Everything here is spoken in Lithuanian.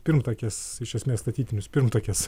pirmtakes iš esmės statytinius pirmtakes